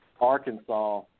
Arkansas